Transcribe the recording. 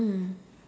mm